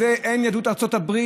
אין יהדות ארצות הברית.